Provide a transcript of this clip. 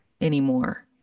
anymore